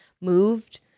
moved